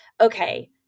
okay